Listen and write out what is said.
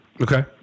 Okay